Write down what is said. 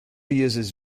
uses